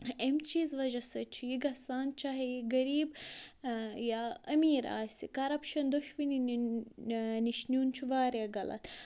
اَمہِ چیٖز وَجہ سۭتۍ چھُ یہِ گژھان چاہے یہِ غریٖب یا أمیٖر آسہِ کَرپشَن دۄشؤنی نِش نیُن چھُ واریاہ غلط